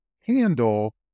handle